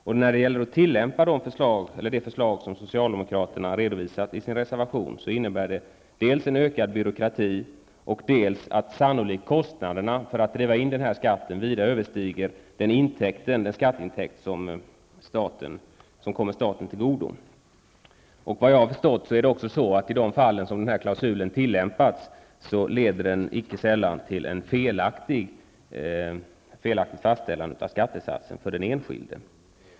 Om man tillämpar det förslag som socialdemokraterna har redovisat i sin reservation, innebär det dels en ökad byråkrati, dels att kostnaderna för att driva in skatten sannolikt vida överstiger den skatteintäkt som kommer staten till godo. Såvitt jag har förstått har denna klausul i de fall den har tillämpats icke sällan lett till felaktigt fastställande av skattesatser för den enskilde.